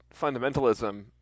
fundamentalism